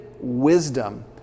wisdom